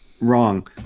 wrong